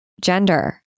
gender